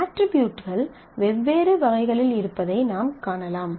அட்ரிபியூட்கள் வெவ்வேறு வகைகளில் இருப்பதை நாம் காணலாம்